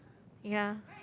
ya